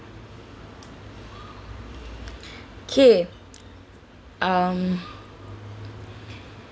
K um